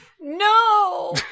No